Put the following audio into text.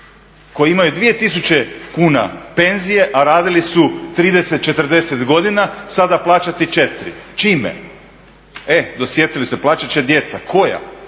koji imaju 2 000 kuna penzije a radili su 30, 40 godina sada plaćati 4 000, čime? E dosjetili se, plaćat će djeca. Koja?